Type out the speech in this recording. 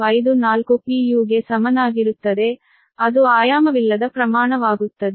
954 PU ಗೆ ಸಮನಾಗಿರುತ್ತದೆ ಅದು ಆಯಾಮವಿಲ್ಲದ ಪ್ರಮಾಣವಾಗುತ್ತದೆ